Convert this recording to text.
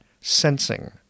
sensing